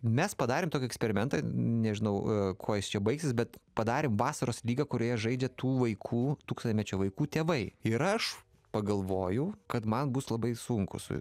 mes padarėm tokį eksperimentą nežinau kuo jis čia baigsis bet padarėm vasaros lygą kurioje žaidžia tų vaikų tūkstantmečio vaikų tėvai ir aš pagalvojau kad man bus labai sunku su